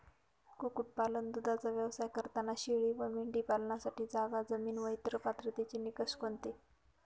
कुक्कुटपालन, दूधाचा व्यवसाय करताना शेळी व मेंढी पालनासाठी जागा, जमीन व इतर पात्रतेचे निकष कोणते?